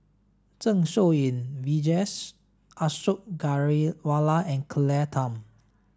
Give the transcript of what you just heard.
Zeng Shouyin Vijesh Ashok Ghariwala and Claire Tham